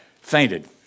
fainted